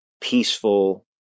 peaceful